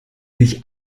sich